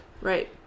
right